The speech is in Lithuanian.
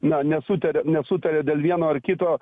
na nesutaria nesutaria dėl vieno ar kito